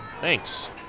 thanks